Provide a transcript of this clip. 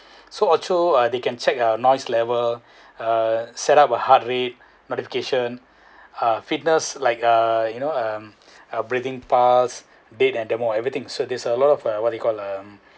so also uh they can check a noise level uh set up a heart rate notification uh fitness like uh you know um a breathing path date and demo everything so there's a lot of uh what you call um